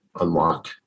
unlock